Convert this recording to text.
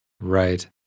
Right